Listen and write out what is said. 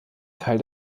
teil